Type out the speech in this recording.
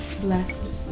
blessed